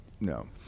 no